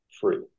free